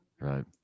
right